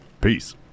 Peace